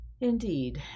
Indeed